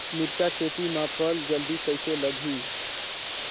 मिरचा खेती मां फल जल्दी कइसे लगही?